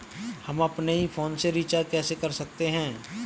हम अपने ही फोन से रिचार्ज कैसे कर सकते हैं?